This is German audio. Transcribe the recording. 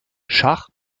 schach